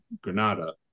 granada